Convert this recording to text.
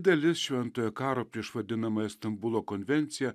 dalis šventojo karo prieš vadinamąją stambulo konvenciją